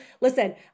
Listen